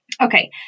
Okay